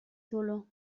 dolor